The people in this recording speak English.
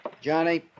Johnny